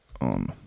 on